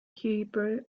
hebrew